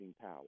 power